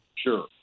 Sure